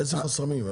איזה חסמים?